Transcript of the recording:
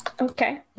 Okay